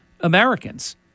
Americans